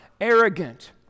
arrogant